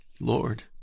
Lord